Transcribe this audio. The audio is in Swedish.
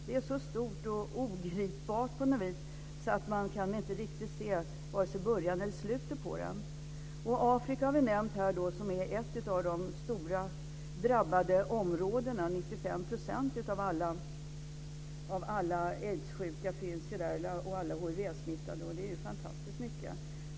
Det är så stort och på något vis ogripbart att man inte riktigt kan se vare sig början eller slutet på det. Vi har här nämnt Afrika som ett av de stora drabbade områdena. 95 % av alla aidssjuka och hivsmittade finns där. Det är fantastiskt mycket.